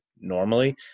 normally